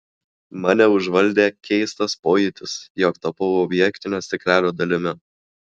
mane užvaldė keistas pojūtis jog tapau objektinio stiklelio dalimi